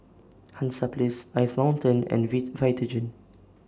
Hansaplast Ice Mountain and V Vitagen